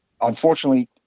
unfortunately